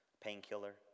painkiller